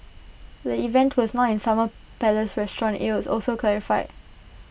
the event was not in summer palace restaurant IT was also clarified